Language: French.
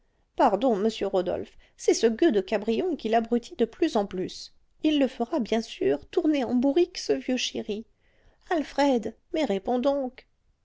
pardon monsieur rodolphe c'est ce gueux de cabrion qui l'abrutit de plus en plus il le fera bien sûr tourner en bourrique ce vieux chéri alfred mais réponds donc